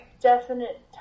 definite